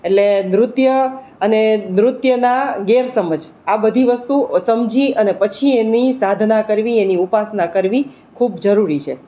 એટલે નૃત્ય અને નૃત્યના ગેરસમજ આ બધી વસ્તુ સમજી અને પછી એની સાધના કરવી એની ઉપાસના કરવી ખૂબ જરૂરી છે